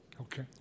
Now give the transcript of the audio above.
Okay